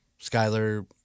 Skyler